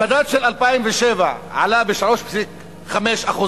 המדד של 2007 עלה ב-3.5%,